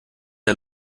der